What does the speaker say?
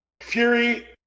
Fury